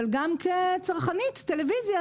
אבל גם כצרכנית טלוויזיה,